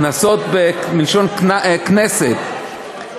כנסות מלשון כנסת.